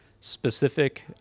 specific